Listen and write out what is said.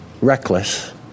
reckless